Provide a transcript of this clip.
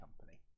Company